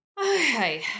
Okay